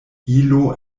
ilo